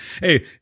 hey